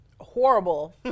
Horrible